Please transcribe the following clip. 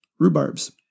rhubarbs